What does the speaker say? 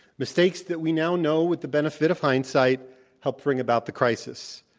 mistakes that we now know with the benefit of hindsight helped bring about the crisis.